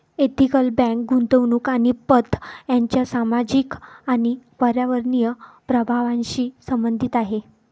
ethical bank गुंतवणूक आणि पत यांच्या सामाजिक आणि पर्यावरणीय प्रभावांशी संबंधित आहे